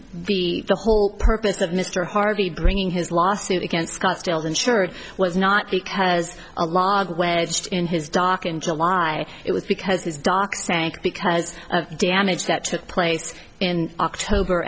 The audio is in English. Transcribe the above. the the whole purpose of mr harvey bringing his lawsuit against scott still insured was not because a log wedged in his dock in july it was because his dock sank because of damage that took place in october